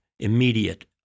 immediate